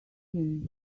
him